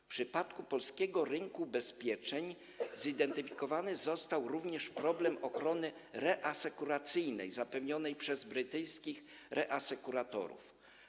W przypadku polskiego rynku ubezpieczeń zidentyfikowany został również problem ochrony reasekuracyjnej zapewnianej przez brytyjskich reasekuratorów.